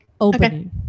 opening